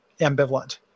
ambivalent